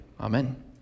Amen